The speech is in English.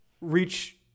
reach